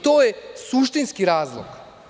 To je suštinski razlog.